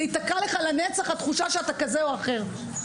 ייתקע לך לנצח התחושה שאתה כזה או אחר.